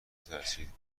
ترسید